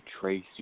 trace